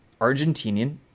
Argentinian